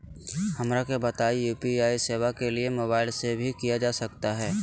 हमरा के बताइए यू.पी.आई सेवा के लिए मोबाइल से भी किया जा सकता है?